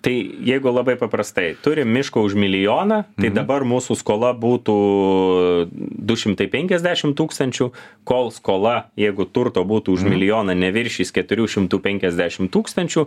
tai jeigu labai paprastai turim miško už milijoną tai dabar mūsų skola būtų du šimtai penkiasdešim tūkstančių kol skola jeigu turto būtų už milijoną neviršys keturių šimtų penkiasdešim tūkstančių